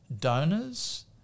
donors